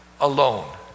alone